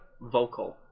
vocal